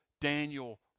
Daniel